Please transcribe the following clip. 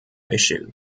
issue